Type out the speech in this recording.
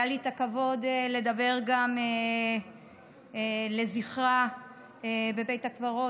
היה לי את הכבוד לדבר גם לזכרה בבית הקברות,